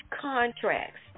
contracts